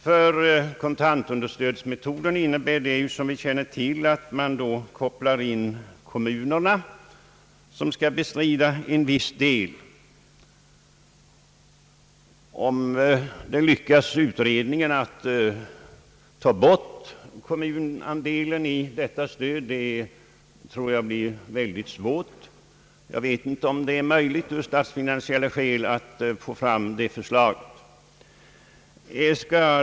För kontantunderstödsmetoden innebär det, som vi känner till, att man då kopplar in kommunerna, vilka skall bestrida en viss del av kostnaderna. Jag tror det blir mycket svårt för utredningen att ta bort kommunandelen i detta stöd. Jag vet inte om det av statsfinansiella skäl ens är möjligt att få fram ett förslag därom.